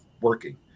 working